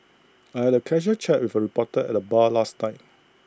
I had A casual chat with A reporter at the bar last night